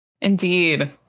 indeed